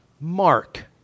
Mark